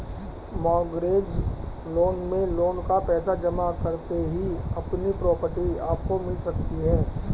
mortgage loan में loan का पैसा जमा करते ही अपनी प्रॉपर्टी आपको मिल सकती है